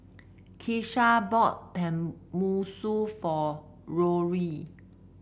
Keesha bought Tenmusu for Rory